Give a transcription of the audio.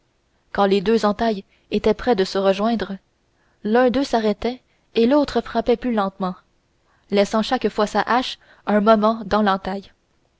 quand leurs deux entailles étaient près de se rejoindre l'un d'eux s'arrêtait et l'autre frappait plus lentement laissant chaque fois sa hache un moment dans